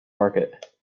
market